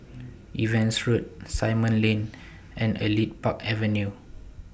Evans Road Simon Lane and Elite Park Avenue